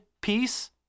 peace